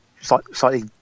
slightly